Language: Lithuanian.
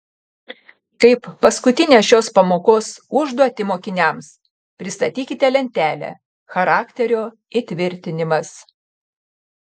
kaip paskutinę šios pamokos užduotį mokiniams pristatykite lentelę charakterio įtvirtinimas